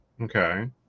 Okay